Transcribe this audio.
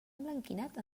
emblanquinat